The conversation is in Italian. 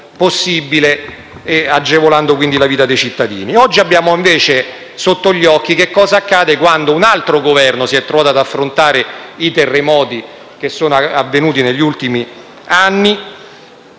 possibile, agevolando quindi la vita dei cittadini. Oggi abbiamo invece sotto gli occhi cosa accade quando un altro Governo si è trovato ad affrontare i terremoti avvenuti negli ultimi anni.